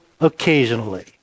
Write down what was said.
occasionally